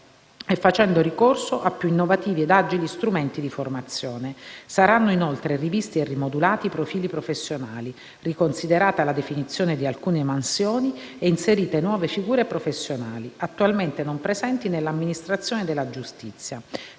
e facendo ricorso a più innovativi ed agili strumenti di formazione. Saranno, inoltre, rivisti e rimodulati i profili professionali, riconsiderata la definizione di alcune mansioni e inserite nuove figure professionali, attualmente non presenti nell'amministrazione della giustizia,